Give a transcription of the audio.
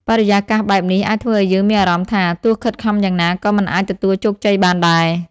បរិយាកាសបែបនេះអាចធ្វើឲ្យយើងមានអារម្មណ៍ថា ទោះខិតខំយ៉ាងណាក៏មិនអាចទទួលជោគជ័យបានដែរ។